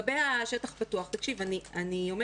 עכשיו, לגבי השטח הפתוח תקשיב, אני אומרת: